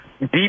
Deep